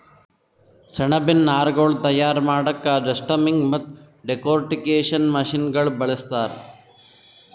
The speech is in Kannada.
ಸೆಣಬಿನ್ ನಾರ್ಗೊಳ್ ತಯಾರ್ ಮಾಡಕ್ಕಾ ಡೆಸ್ಟಮ್ಮಿಂಗ್ ಮತ್ತ್ ಡೆಕೊರ್ಟಿಕೇಷನ್ ಮಷಿನಗೋಳ್ ಬಳಸ್ತಾರ್